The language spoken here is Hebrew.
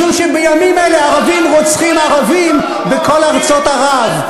משום שבימים אלה ערבים רוצחים ערבים בכל ארצות ערב.